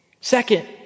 Second